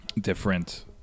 different